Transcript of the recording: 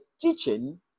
teaching